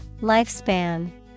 Lifespan